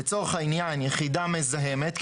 לצורך העניין יחידה מזהמת,